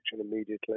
immediately